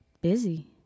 busy